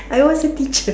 I was a teacher